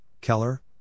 Keller